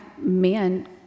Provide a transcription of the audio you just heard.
men